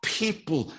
people